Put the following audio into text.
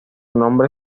nombre